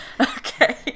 Okay